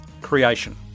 creation